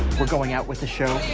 we're going out with a show.